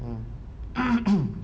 mm